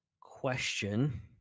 question